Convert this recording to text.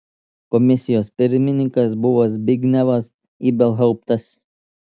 komisijos pirmininkas buvo zbignevas ibelhauptas